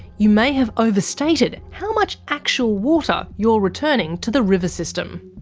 you may have overstated how much actual water you're returning to the river system.